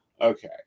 Okay